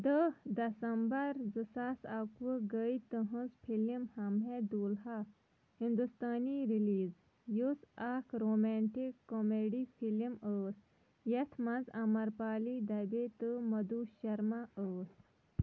دہ دسمبر زٕ ساس اَکہٕ وُہ گیہ تہنٛز فلم ہم ہیں دوُلہا ہندوستانی ریلیٖز یُس اکھ رومانٹِک کامیڈی فلم ٲس یتھ مَنٛز امر پالی دَبے تہٕ مدھو شرما ٲسۍ